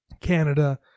Canada